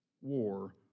war